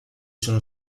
sono